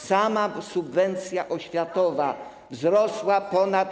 Sama subwencja oświatowa wzrosła ponad.